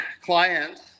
clients